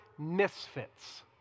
Misfits